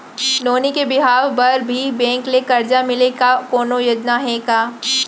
नोनी के बिहाव बर भी बैंक ले करजा मिले के कोनो योजना हे का?